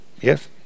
Yes